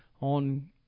on